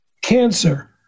cancer